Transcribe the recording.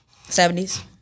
70s